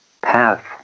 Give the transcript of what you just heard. path